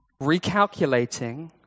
recalculating